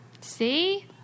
See